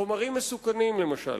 חומרים מסוכנים, למשל.